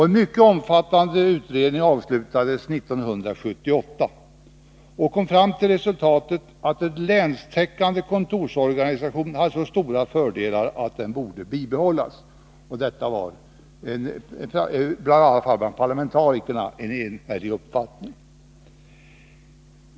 En mera omfattande utredning, som avslutades 1978, kom fram till resultatet att en länstäckande kontorsorganisation hade så stora fördelar att den borde bibehållas. Bl. a. hade parlamentarikerna en enhällig uppfattning i den delen.